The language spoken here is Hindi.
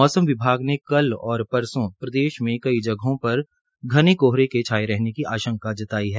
मौसम विभाग ने कल और परसो प्रदेश में कई जगह पर घने कोहरे के छाये रहने की आशंका जताई है